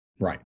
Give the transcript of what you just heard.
right